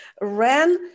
ran